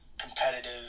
competitive